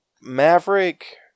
Maverick